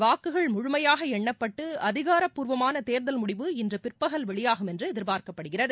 வாக்குகள் முழுமையாக எண்ணப்பட்டு அதிகாரிபூர்வமான தேர்தல் முடிவு இன்று பிற்பகல் வெளியாகும் என்று எதிர்பார்க்கப்படுகிறது